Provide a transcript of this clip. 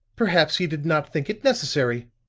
perhaps he did not think it necessary.